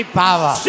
power